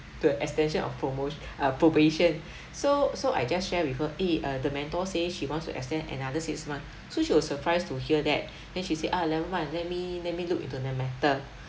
the extension of promo~ uh probation so so I just share with her eh uh the mentor say she wants to extend another six month so she was surprised to hear that then she say ah never mind let me let me look into the matter